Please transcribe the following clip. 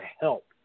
help